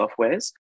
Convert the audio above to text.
softwares